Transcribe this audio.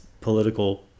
political